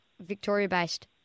Victoria-based